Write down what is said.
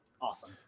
awesome